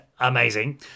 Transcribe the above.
Amazing